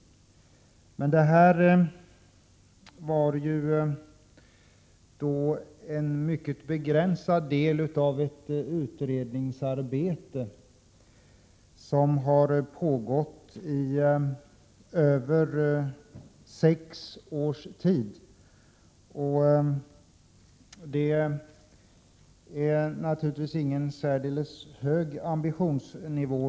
Men detta utgör en mycket begränsad del av ett utredningsarbete som har pågått i över sex år, vilket inte tyder på någon särskilt hög ambitionsnivå.